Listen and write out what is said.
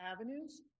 avenues